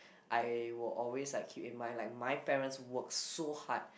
I will always like keep in mind like my parents work so hard